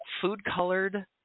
food-colored